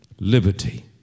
Liberty